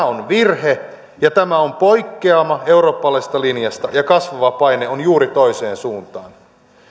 on virhe ja tämä on poikkeama eurooppalaisesta linjasta kasvava paine on juuri toiseen suuntaan